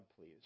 please